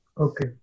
okay